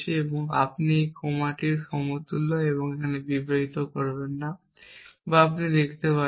এবং আপনি এই কমাটির সমতুল্য এবং এখানে বিভ্রান্ত করবেন না বা আপনি লিখতে পারেন